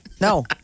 No